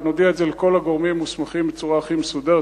נודיע את זה לכל הגורמים המוסמכים בצורה הכי מסודרת,